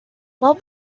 what